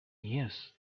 years